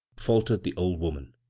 faltered the old woman.